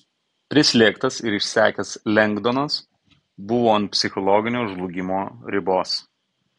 prislėgtas ir išsekęs lengdonas buvo ant psichologinio žlugimo ribos